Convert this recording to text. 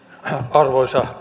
arvoisa